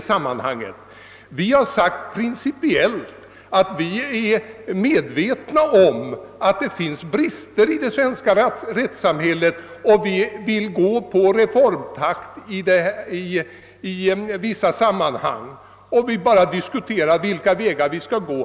Första lagutskottet har principiellt förklarat att det möjligen finns brister i det svenska rättssamhället och att vi också går in för reformer som kan rätta bristerna. Det får sedan diskuteras vilka vägar man skall välja.